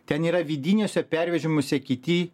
ten yra vidiniuose pervežimuose kiti